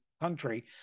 country